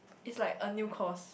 is like a new course